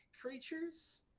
creatures